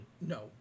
No